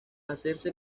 hacerse